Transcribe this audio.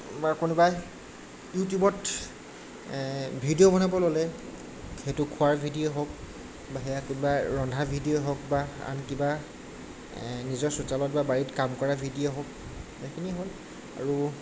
বা কোনোবাই ইউটিউবত ভিডিঅ' বনাব ল'লে সেইটো খোৱাৰ ভিডিঅ' হওক বা সেয়া কোনোবাই ৰন্ধাৰ ভিডিঅ' হওক বা আন কিবা নিজৰ চোতালত বা বাৰীত কাম কৰা ভিডিঅ' হওক এইখিনি হ'ল আৰু